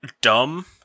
dumb